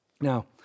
Now